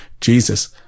Jesus